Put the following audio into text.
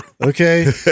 okay